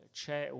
c'è